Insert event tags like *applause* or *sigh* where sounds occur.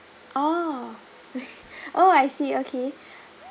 orh *laughs* oh I see okay